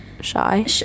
Shy